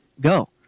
go